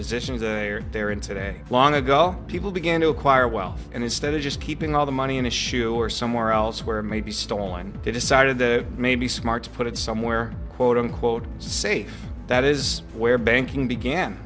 positions they're in today long ago people began to acquire wealth and instead of just keeping all the money in a shoe or somewhere else where may be stolen they decided that maybe smart to put it somewhere quote unquote safe that is where banking began